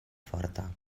forta